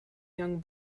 young